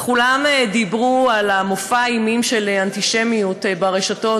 וכולם דיברו על מופע האימים של האנטישמיות ברשתות,